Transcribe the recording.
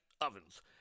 ovens